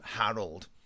Harold